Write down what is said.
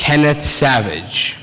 kenneth savage